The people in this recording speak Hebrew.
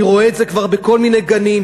אני רואה את זה כבר בכל מיני גנים,